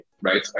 right